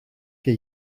και